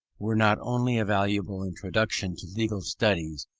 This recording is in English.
were not only a valuable introduction to legal studies,